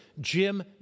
Jim